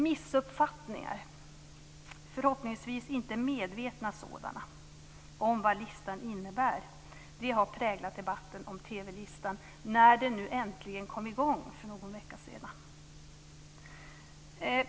Missuppfattningar, förhoppningsvis inte medvetna sådana, om vad listan innebär har präglat debatten om TV-listan, när den nu äntligen kom i gång för någon vecka sedan.